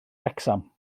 wrecsam